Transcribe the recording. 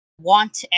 want